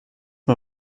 mal